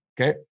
Okay